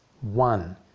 one